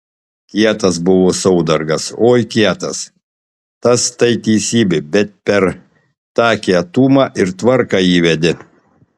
kietas buvo saudargas oi kietas tas tai teisybė bet per tą kietumą ir tvarką įvedė